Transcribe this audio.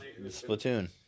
Splatoon